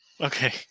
Okay